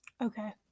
Okay